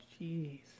jeez